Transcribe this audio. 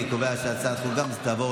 אני קובע שאף הצעה הזו התקבלה